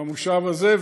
במושב הזה,